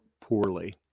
poorly